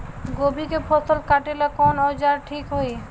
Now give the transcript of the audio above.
गोभी के फसल काटेला कवन औजार ठीक होई?